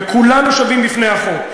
וכולנו שווים בפני החוק.